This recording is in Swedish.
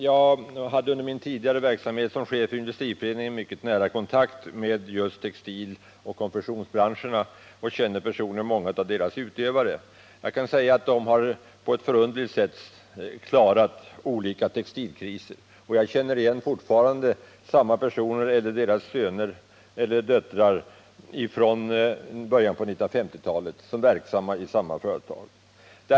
Jag hade under min tidigare verksamhet som chef för Industriföreningen mycket nära kontakt med just textiloch konfektionsbranscherna, och jag känner personligen många av dess utövare. De har på ett förunderligt sätt klarat olika textilkriser. Jag känner personer, eller deras söner och döttrar, som från början 1950-talet har varit och fortfarande är verksamma i samma företag och med framgång.